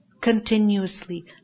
Continuously